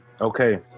okay